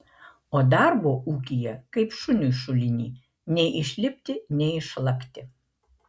o darbo ūkyje kaip šuniui šuliny nei išlipti nei išlakti